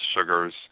sugars